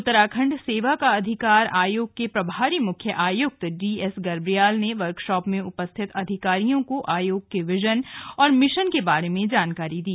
उत्तराखण्ड सेवा का अधिकार आयोग के प्रभारी मुख्य आयुक्त डीएसगर्ब्याल ने वर्कशॉप में उपस्थित अधिकारियों से आयोग के विजन और मिशन के बारे में जानकारी दी